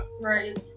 right